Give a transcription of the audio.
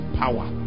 power